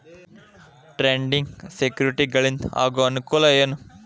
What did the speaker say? trading ಸೆಕ್ಯುರಿಟಿಗಳಿಂದ ಆಗೋ ಅನುಕೂಲ ಏನ